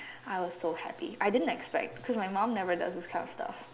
I was so happy I didn't expect cause my mum never does these kind of stuff